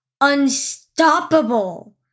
unstoppable